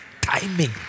timing